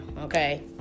okay